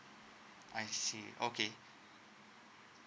I see okay